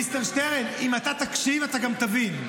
מיסטר שטרן, אם אתה תקשיב אתה גם תבין.